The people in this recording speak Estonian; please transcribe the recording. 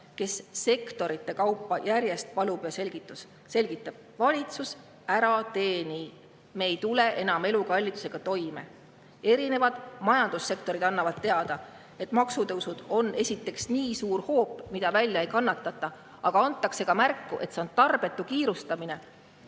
kes sektorite kaupa järjest palub ja selgitab: "Valitsus, ära tee nii! Me ei tule enam elukallidusega toime." Erinevad majandussektorid annavad teada, et maksutõusud on esiteks nii suur hoop, mida välja ei kannatata, aga antakse ka märku, et see on tarbetu kiirustamine,